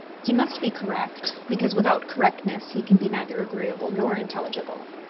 he must be correct, because without correctness he can be neither agreeable nor intelligible.